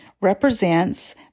represents